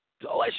Delicious